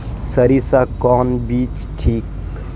सरीसा कौन बीज ठिक?